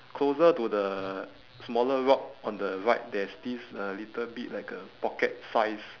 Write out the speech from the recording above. closer to the smaller rock on the right there's this uh little bit like a pocket size